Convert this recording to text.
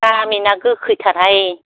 गामिना गोखैथारहाय